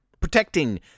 protecting